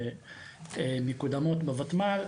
שמקודמות בותמ"ל,